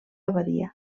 abadia